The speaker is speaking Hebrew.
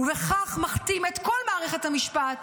ובכך מכתים את כל מערכת המשפט,